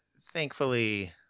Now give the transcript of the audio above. thankfully